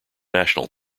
national